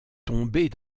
tomber